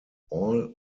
all